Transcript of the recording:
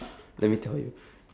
let me tell you